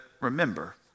remember